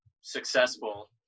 successful